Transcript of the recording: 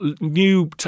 new